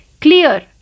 clear